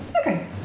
Okay